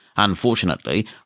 Unfortunately